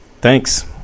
thanks